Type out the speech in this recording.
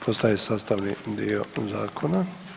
Postaje sastavni dio zakona.